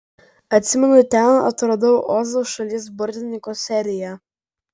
atsimenu ten atradau ozo šalies burtininko seriją